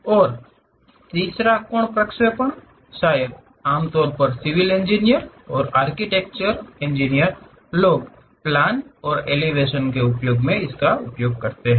और तीसरा कोण प्रक्षेपण शायद आम तौर पर सिविल इंजीनियर और आर्किटेक्चर लोग प्लान और एलिवेशन के उपयोग मे करते हैं